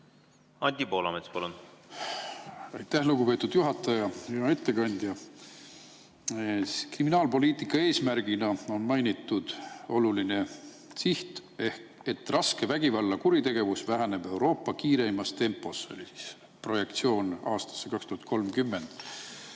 Anti Poolamets, palun! Aitäh, lugupeetud juhataja! Hea ettekandja! Kriminaalpoliitika eesmärgina on mainitud oluline siht, et raske vägivallakuritegevus väheneb Euroopa kiireimas tempos. See oli siis projektsioon aastasse 2030,